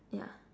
ya